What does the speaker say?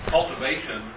Cultivation